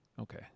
Okay